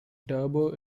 turbo